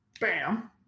bam